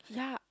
yeah